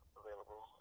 available